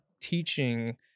teaching